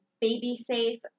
baby-safe